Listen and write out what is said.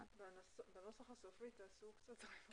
בנוסח הסופי תעשו סדר במספרי הסעיפים.